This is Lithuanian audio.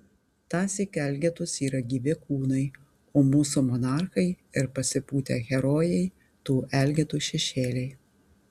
tąsyk elgetos yra gyvi kūnai o mūsų monarchai ir pasipūtę herojai tų elgetų šešėliai